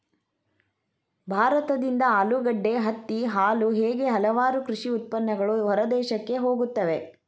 ಭಾರತದಿಂದ ಆಲೂಗಡ್ಡೆ, ಹತ್ತಿ, ಹಾಲು ಹೇಗೆ ಹಲವಾರು ಕೃಷಿ ಉತ್ಪನ್ನಗಳು ಹೊರದೇಶಕ್ಕೆ ಹೋಗುತ್ತವೆ